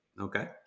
Okay